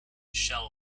shell